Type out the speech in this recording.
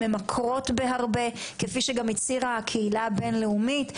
ממכרות בהרבה כפי שגם הצהירה הקהילה הבין-לאומית.